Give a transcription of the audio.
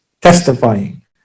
testifying